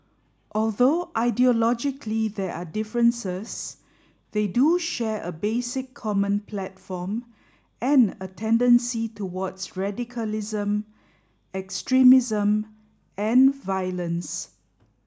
although ideologically there are differences they do share a basic common platform and a tendency towards radicalism extremism and violence